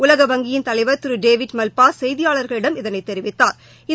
உலக வங்கியின் தலைவர் திரு டேவிட் மல்பாஸ் செய்தியாளர்களிடம் இதனை தெரிவித்தாா்